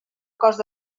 cost